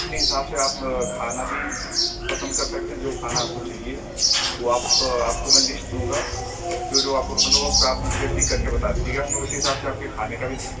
اپنے حساب سے آپ کھانا بھی پسند کر سکتے ہیں جو کھانا آپ کو چاہیے وہ آپ آپ کو میں لسٹ دوں گا جو جو آپ کو پسند ہو اس پہ آپ مجھے ٹک کر کے بتا دیجیے گا میں اسی حساب سے آپ کے کھانے کا بھی انتظام